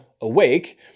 awake